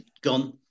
gone